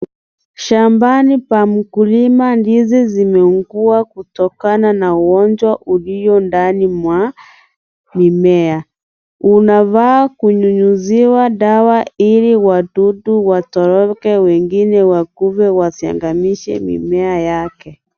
Shambani kwa mkulima, ndizi zimeungua kutokana na ugonjwa ulio ndani mwa mimea. unafaa kunyunyiziwa dawa ili wadudu watoroke, wengine wakufe wasiangamize mimea yake.